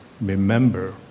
remember